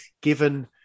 Given